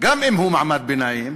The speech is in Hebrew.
גם אם הוא מעמד ביניים,